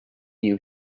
you